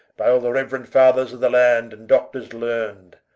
by all the reuerend fathers of the land, and doctors learn'd.